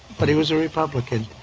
but he was a republican.